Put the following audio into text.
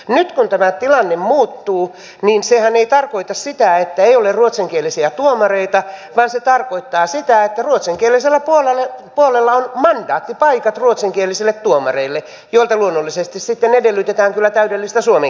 nyt kun tämä tilanne muuttuu niin sehän ei tarkoita sitä että ei ole ruotsinkielisiä tuomareita vaan se tarkoittaa sitä että ruotsinkielisellä puolella on mandaattipaikat ruotsinkielisille tuomareille joilta luonnollisesti sitten edellytetään kyllä täydellistä suomen kielen taitoa